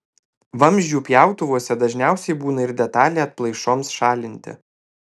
vamzdžių pjautuvuose dažniausiai būna ir detalė atplaišoms šalinti